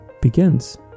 begins